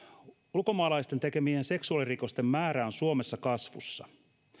ulkomaalaisten tekemien seksuaalirikosten määrä on suomessa kasvussa